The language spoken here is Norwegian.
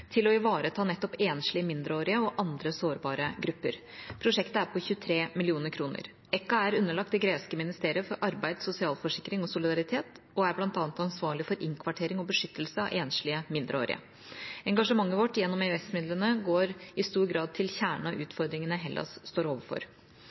til å ivareta nettopp enslige mindreårige og andre sårbare grupper. Prosjektet er på 23 mill. kr. EKKA er underlagt det greske ministeriet for arbeid, sosialforsikring og solidaritet og er bl.a. ansvarlig for innkvartering og beskyttelse av enslige mindreårige. Engasjementet vårt gjennom EØS-midlene går i stor grad til kjernen av